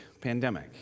pandemic